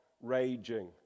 raging